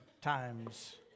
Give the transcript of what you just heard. times